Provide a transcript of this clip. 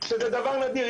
שזה דבר נדיר,